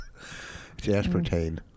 aspartame